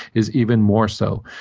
is even more so.